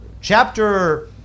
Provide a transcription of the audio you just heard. chapter